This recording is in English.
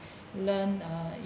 learn uh